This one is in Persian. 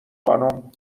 خانم